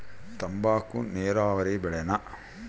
ತಂಬಾಕು ನೇರಾವರಿ ಬೆಳೆನಾ?